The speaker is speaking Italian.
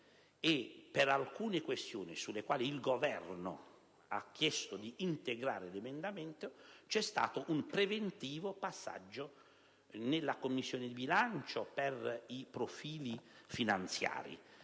per alcune questioni sulle quali il Governo ha chiesto di integrare l'emendamento c'è stato un preventivo passaggio in Commissione bilancio per i profili finanziari